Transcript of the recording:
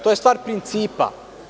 To je stvar principa.